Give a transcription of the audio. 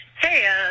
Hey